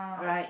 right